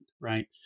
right